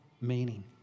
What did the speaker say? meaning